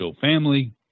family